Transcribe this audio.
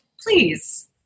please